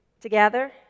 Together